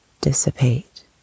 dissipate